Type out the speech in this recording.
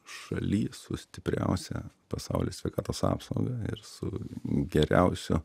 šaly su stipriausia pasauly sveikatos apsauga ir su geriausiu